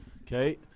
Okay